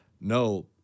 No